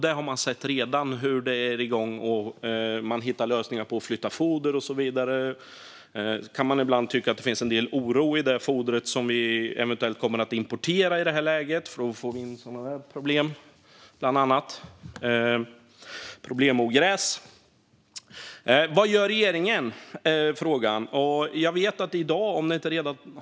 Vi har redan sett hur man är igång och hittar lösningar i form av att flytta foder och så vidare. Ibland finns det en del oro gällande det foder man eventuellt kommer att importera i detta läge, för det gör att vi bland annat får in den typ av problemogräs jag nämnde tidigare. Frågan ställdes vad regeringen gör.